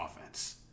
offense